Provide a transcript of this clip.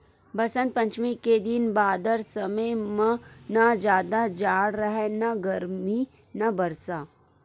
बसंत पंचमी के दिन बादर समे म न जादा जाड़ राहय न गरमी न बरसा